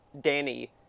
danny